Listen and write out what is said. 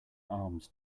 alms